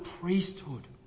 priesthood